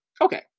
Okay